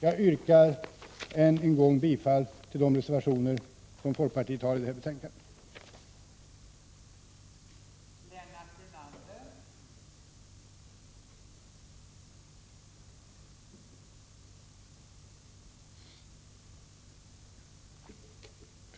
Jag yrkar än en gång bifall till de reservationer som folkpartiet fogat till detta betänkande, dvs. reservationerna 1, 3 och 4.